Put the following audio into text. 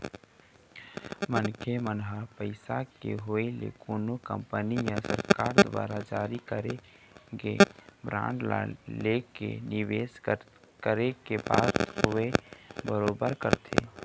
मनखे मन ह पइसा के होय ले कोनो कंपनी या सरकार दुवार जारी करे गे बांड ला लेके निवेस करे के बात होवय बरोबर करथे